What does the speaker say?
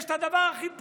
יש את הדבר הכי פשוט,